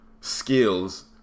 skills